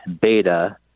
beta